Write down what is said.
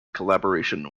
collaboration